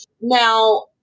Now